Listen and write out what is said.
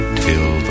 till